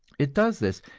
it does this,